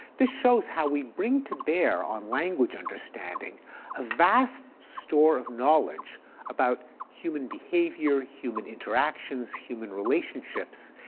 this shows how we bring to bear on language understanding a vast store of knowledge about human behavior, human interactions, human relationships.